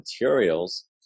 materials